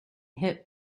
hit